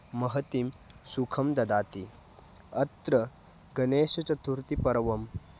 महतीं सुखं ददाति अत्र गणेशचतुर्थीपर्व